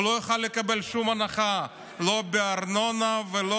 הוא לא יוכל לקבל שום הנחה, לא בארנונה, לא